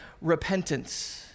repentance